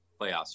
playoffs